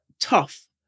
tough